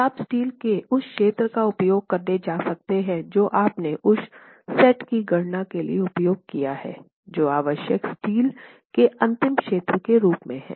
और आप स्टील के उस क्षेत्र का उपयोग करने कर सकते हैं जो आपने उस सेट की गणना के लिए उपयोग किया है जो आवश्यक स्टील के अंतिम क्षेत्र के रूप में हैं